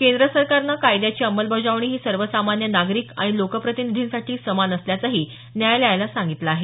केंद्र सरकारने कायद्याची अंमलबजावणी ही सर्वसामान्य नागरिक आणि लोकप्रितनिधींसाठी समान असल्याचही न्यायालयाला सांगितलं आहे